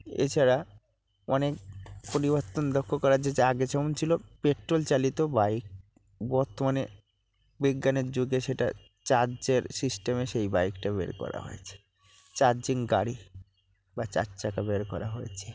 এছাড়া অনেক পরিবর্তন লক্ষ্য করা যে যা আগে যেমন ছিল পেট্রল চালিত বাইক বর্তমানে বিজ্ঞানের যুগে সেটা চার্জের সিস্টেমে সেই বাইকটা বের করা হয়েছে চার্জিং গাড়ি বা চার চাকা বের করা হয়েছে